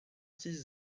six